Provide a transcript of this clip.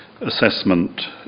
assessment